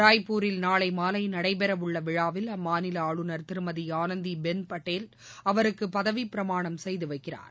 ராய்பூரில் நாளை மாலை நடைபெற உள்ள விழாவில் அம்மாநில ஆளுநர் திருமதி ஆனந்திபெள் பட்டேல் அவருக்கு பதவிப் பிரமாணம் செய்து வைக்கிறார்